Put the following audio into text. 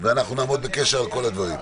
ואנחנו נעמוד בקשר על כל הדברים.